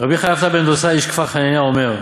"רבי חלפתא בן דוסא איש כפר-חנניה אומר,